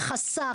החסך,